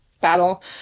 battle